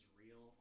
real